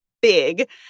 big